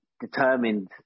determined